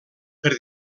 per